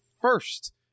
first